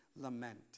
lament